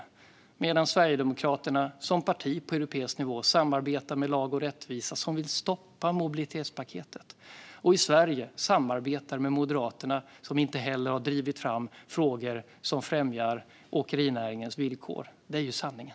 Detta medan Sverigedemokraterna som parti på europeisk nivå samarbetar med Lag och rättvisa, som vill stoppa mobilitetspaketet, och i Sverige samarbetar med Moderaterna, som inte heller har drivit frågor som främjar åkerinäringens villkor. Det är ju sanningen.